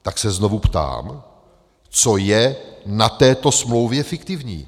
Tak se znovu ptám, co je na této smlouvě fiktivní?